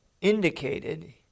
indicated